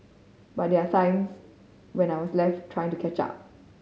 but there were times when I was left trying to catch up